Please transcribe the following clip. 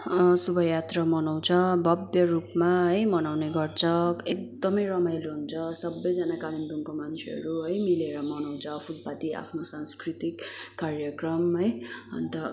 शोभायात्रा मनाउँछ भव्य रूपमा है मनाउने गर्छ एकदमै रमाइलो हुन्छ सबैजना कालिम्पोङको मान्छेहरू है मिलेर मनाउँछ फुलपाती आफ्नो सांस्कृतिक कार्यक्रम है अन्त